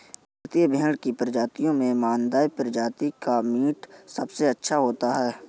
भारतीय भेड़ की प्रजातियों में मानदेय प्रजाति का मीट सबसे अच्छा होता है